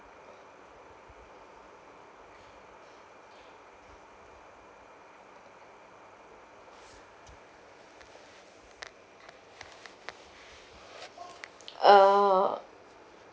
uh